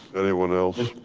anyone else?